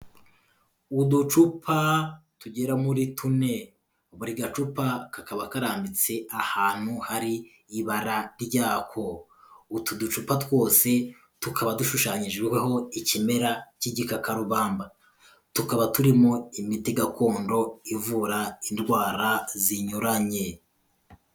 Uducupa tugera muri tune, buri gacupa kakaba karambitse ahantu hari ibara ryako, utu ducupa twose tukaba dushushanyijweho ikimera cy'igikakarubamba, tukaba turimo imiti gakondo ivura indwara zinyuranye.